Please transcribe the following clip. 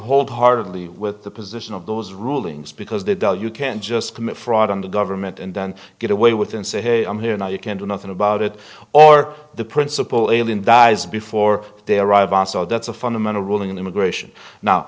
wholeheartedly with the position of those rulings because they dull you can't just commit fraud on the government and then get away with and say hey i'm here now you can do nothing about it or the principal alien dies before they arrive and so that's a fundamental ruling in immigration now